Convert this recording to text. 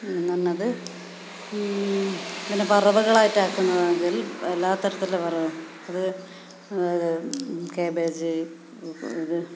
നല്ലത് ഇങ്ങനെ വറവകളായിട്ട് ആക്കുന്നതാണ് ഇതിൽ എല്ലാത്തരത്തിലും വറവകൾ അത് കേബേജ്